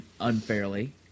unfairly